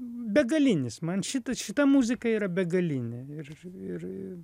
begalinis man šita šita muzika yra begalinė ir ir ir